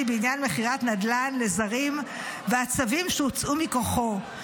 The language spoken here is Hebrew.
בעניין מכירת נדל"ן לזרים והצווים שהוצאו מכוחו,